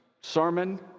sermon